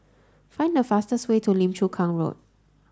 find the fastest way to Lim Chu Kang Road